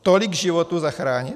Tolik životů zachránit?